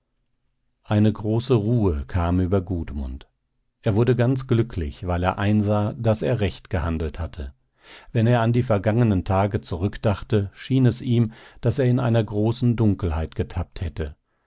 eine große ruhe kam über gudmund er wurde ganz glücklich weil er einsah daß er recht gehandelt hatte wenn er an die vergangenen tage zurückdachte schien es ihm daß er in einer großen dunkelheit getappt hätte